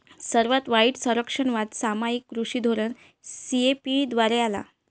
सर्वात वाईट संरक्षणवाद सामायिक कृषी धोरण सी.ए.पी द्वारे आला